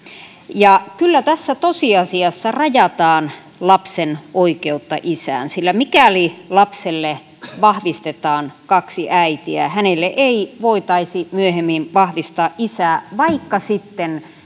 ja kyllä tässä tosiasiassa rajataan lapsen oikeutta isään sillä mikäli lapselle vahvistetaan kaksi äitiä hänelle ei voitaisi myöhemmin vahvistaa isää vaikka sitten